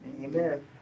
Amen